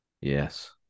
Yes